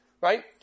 right